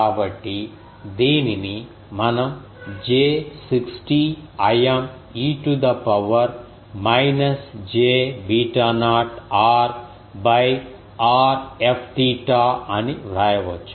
కాబట్టి దీనిని మనం j 60 Im e to the power minus j beta naught r r Fθఅని వ్రాయవచ్చు